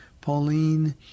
Pauline